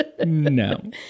No